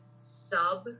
sub